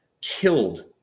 killed